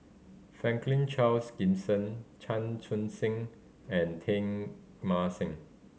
Franklin Charles Gimson Chan Chun Sing and Teng Mah Seng